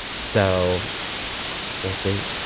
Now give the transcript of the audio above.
so we'll see.